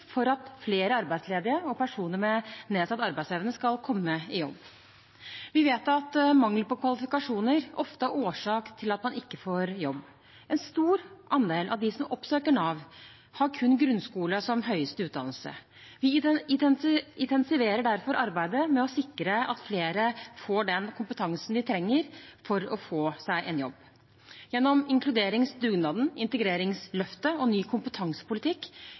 for at flere arbeidsledige og personer med nedsatt arbeidsevne skal komme i jobb. Vi vet at mangel på kvalifikasjoner ofte er årsak til at man ikke får jobb. En stor andel av de som oppsøker Nav, har kun grunnskole som høyeste utdannelse. Vi intensiverer derfor arbeidet med å sikre at flere får den kompetansen de trenger for å få seg en jobb. Gjennom inkluderingsdugnaden, integreringsløftet og ny kompetansepolitikk